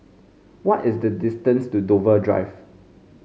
what is the distance to Dover Drive